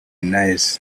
nice